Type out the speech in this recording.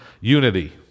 unity